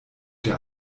der